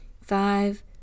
five